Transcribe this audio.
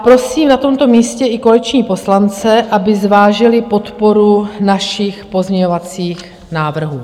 Prosím na tomto místě i koaliční poslance, aby zvážili podporu našich pozměňovacích návrhů.